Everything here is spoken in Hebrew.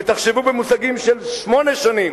ותחשבו במושגים של שמונה שנים,